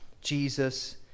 Jesus